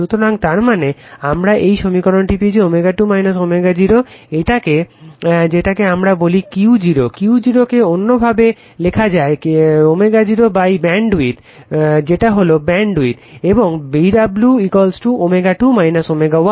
সুতরাং তারমানে আমরা এই সমীকরণটি পেয়েছি ω2 ω0 এটাকে যেটাকে আমরা বলি Q0 Q0 কে অন্য ভাবে লেখা যায় ω0 BW যেটা হলো ব্যাণ্ডউইড এবং BW ω2 ω 1